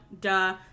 duh